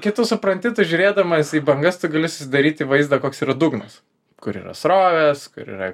kai tu supranti tu žiūrėdamas į bangas tu gali susidaryti vaizdą koks yra dugnas kur yra srovės kur yra